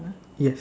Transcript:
yes